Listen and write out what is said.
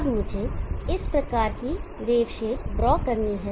अब मुझे इस प्रकार की वेव शेप ड्रॉ करनी है